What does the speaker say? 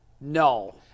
No